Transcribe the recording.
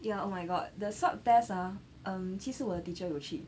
ya oh my god the swab test ah um 其实我的 teacher 有去